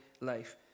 life